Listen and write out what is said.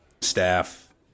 Staff